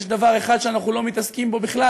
יש דבר אחד שאנחנו לא מתעסקים בו בכלל